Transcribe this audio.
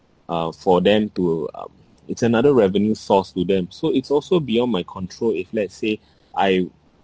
uh for them to um it's another revenue source to them so it's also beyond my control if let's say I